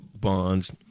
bonds